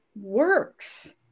works